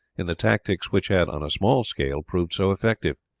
in the tactics which had on a small scale proved so effective.